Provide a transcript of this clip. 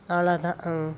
அவ்வளோ தான் ம்